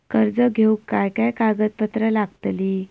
कर्ज घेऊक काय काय कागदपत्र लागतली?